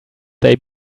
they